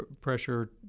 pressure